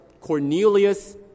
Cornelius